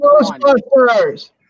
Ghostbusters